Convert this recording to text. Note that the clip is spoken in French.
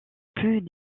plus